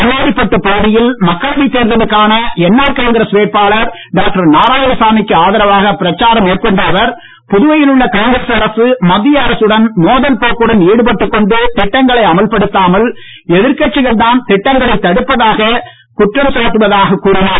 மண்ணாடிபட்டு பகுதியில் மக்களவை தேர்தலுக்கான என்ஆர் காங்கிரஸ் வேட்பாளர் டாக்டர் நாராயணசாமிக்கு ஆதரவாக பிரச்சாரம் மேற்கொண்ட அவர் புதுவையில் உள்ள காங்கிரஸ் அரசு மத்திய அரசுடன் மோதல் போக்குடன் ஈடுபட்டுக் கொண்டு திட்டங்களை அமல்படுத்தாமல் எதிர்க்கட்சிகள்தான் திட்டங்களைத் தடுப்பதாக குற்றம் சாட்டுவதாகக் கூறினார்